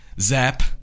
Zap